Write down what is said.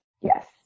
Yes